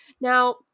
Now